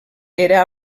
era